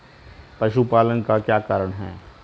पशुपालन का क्या कारण है?